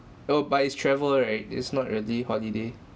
oh but it's travel right it's not really holiday